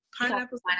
Pineapples